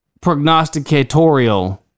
prognosticatorial